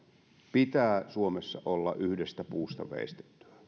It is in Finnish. pitää suomessa olla yhdestä puusta veistettyä